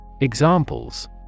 Examples